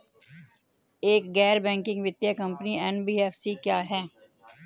एक गैर बैंकिंग वित्तीय कंपनी एन.बी.एफ.सी क्या है?